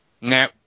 No